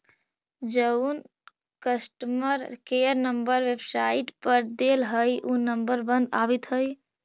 जउन customer care number website पर देल हई ऊ नंबर बंद आबित हई